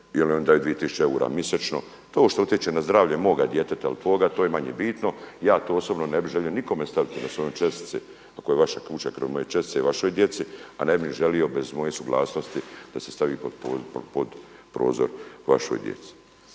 jer oni daju 2 tisuće eura mjesečno. To što utječe na zdravlje moga djeteta ili tvoga to je manje bitno, ja to osobno ne bih želio nikome staviti na svoje čestice ako je vaša kuća kraj moje čestice i vašoj djeci, a ne bi želio bez moje suglasnosti da se stavi pod prozor vašoj djeci.